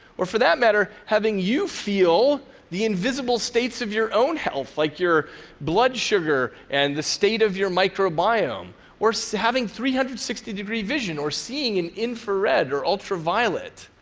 or, for that matter, having you feel the invisible states of your own health, like your blood sugar and the state of your microbiome, or so having three hundred and sixty degree vision or seeing in infrared or ultraviolet.